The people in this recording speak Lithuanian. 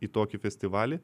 į tokį festivalį